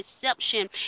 deception